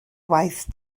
waith